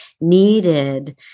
needed